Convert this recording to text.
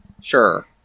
Sure